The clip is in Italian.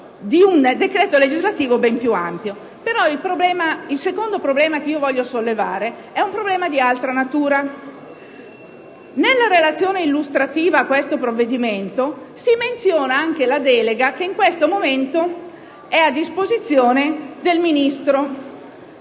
Il secondo problema che voglio sollevare è di altra natura. Nella relazione illustrativa di tale provvedimento si menziona anche la delega che in questo momento è a disposizione del Ministro